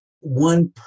one